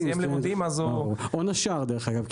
או נשר, דרך אגב.